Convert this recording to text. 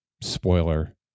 spoiler